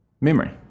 memory